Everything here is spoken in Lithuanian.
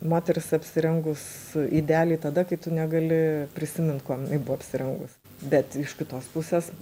moteris apsirengus idealiai tada kai tu negali prisimint kuom jinai buvo apsirengus bet iš kitos pusės